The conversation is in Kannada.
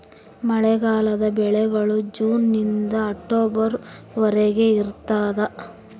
ಮಳೆಗಾಲದ ಬೆಳೆಗಳು ಜೂನ್ ನಿಂದ ಅಕ್ಟೊಬರ್ ವರೆಗೆ ಇರ್ತಾದ